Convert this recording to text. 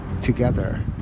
together